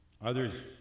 others